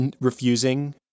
refusing